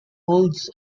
holds